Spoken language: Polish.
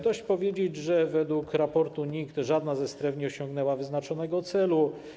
Dość powiedzieć, że według raportu NIK żadna ze stref nie osiągnęła wyznaczonego celu.